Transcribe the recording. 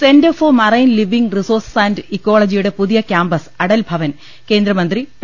centre for marine living resources and ഇക്കോ ളജിയുടെ പുതിയ ക്യാംപസ് അടൽ ഭവൻ കേന്ദ്രമന്ത്രി ഡോ